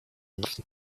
und